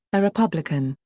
a republican,